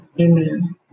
Amen